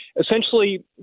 essentially